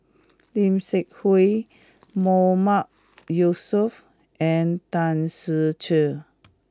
Lim Seok Hui Mahmood Yusof and Tan Ser Cher